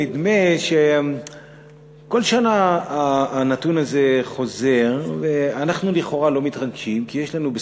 נדמה שכל שנה הנתון הזה חוזר ואנחנו לכאורה לא מתרגשים כי יש לנו,